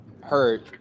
hurt